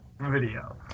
Video